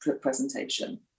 presentation